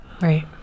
Right